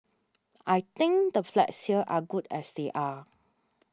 I think the flats here are good as they are